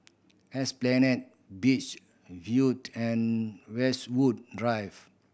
Esplanade Beach Viewed and Westwood Drive